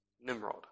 Nimrod